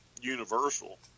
Universal